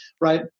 right